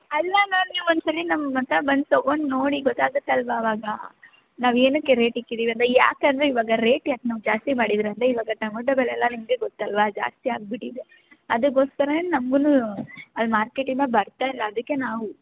ಅಲ್ಲ ಮ್ಯಾಮ್ ನೀವು ಒಂದ್ಸಲ ನಮ್ಮ ಹತ್ರ ಬಂದು ತೊಗೊಂಡು ನೋಡಿ ಗೊತ್ತಾಗತ್ತೆ ಅಲ್ವಾ ಅವಾಗ ನಾವು ಏನುಕ್ಕೆ ರೇಟ್ ಇಕ್ಕಿದ್ದೀವಿ ಅಂತ ಯಾಕೆಂದ್ರೆ ಇವಾಗ ರೇಟ್ ಯಾಕೆ ನಾವು ಜಾಸ್ತಿ ಮಾಡಿದ್ರು ಅಂದರೆ ಇವಾಗ ಟಮೊಟೊ ಬೆಲೆ ಎಲ್ಲ ನಿಮಗೆ ಗೊತ್ತಲ್ವಾ ಜಾಸ್ತಿ ಆಗಿಬಿಟ್ಟಿದೆ ಅದಕ್ಕೋಸ್ಕರನೇ ನಮಗುನು ಅದು ಮಾರ್ಕೆಟ್ ಇಂದ ಬರ್ತಾಯಿಲ್ಲ ಅದಕ್ಕೆ ನಾವು